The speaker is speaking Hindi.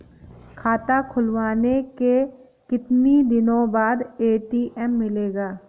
खाता खुलवाने के कितनी दिनो बाद ए.टी.एम मिलेगा?